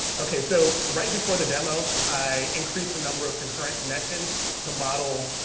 okay so right before the demo i increase the number of concurrent connections to model